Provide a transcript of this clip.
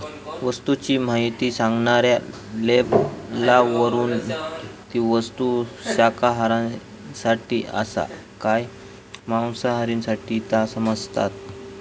वस्तूची म्हायती सांगणाऱ्या लेबलावरून ती वस्तू शाकाहारींसाठी आसा काय मांसाहारींसाठी ता समाजता